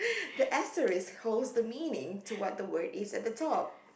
the asterisk holds the meaning to what the word is at the top